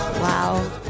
Wow